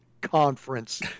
Conference